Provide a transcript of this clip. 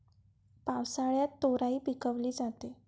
पावसाळ्यात तोराई पिकवली जाते